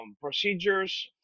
procedures